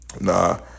Nah